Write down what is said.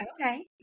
okay